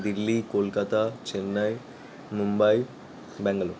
Delhi Kolkata Chennai Mumbai Bangalore